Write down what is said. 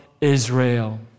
Israel